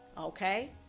okay